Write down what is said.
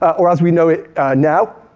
or as we know it now,